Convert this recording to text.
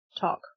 talk